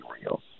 real